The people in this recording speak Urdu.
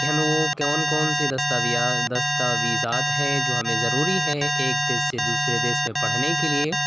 کہ ہمیں وہ کون کون سی دستاویزات دستاویزات ہیں جو ہمیں ضروری ہیں ایک دیش سے دوسرے دیش میں پڑھنے کے لیے